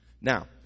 Now